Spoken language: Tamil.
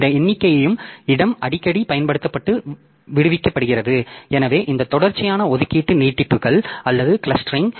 இந்த எண்ணிக்கையும் இடம் அடிக்கடி பயன்படுத்தப்பட்டு விடுவிக்கப்படுகிறது எனவே இந்த தொடர்ச்சியான ஒதுக்கீடு நீட்டிப்புகள் அல்லது கிளஸ்டரிங்